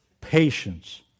Patience